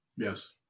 Yes